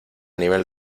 nivel